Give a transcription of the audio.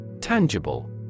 Tangible